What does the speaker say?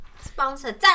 Sponsor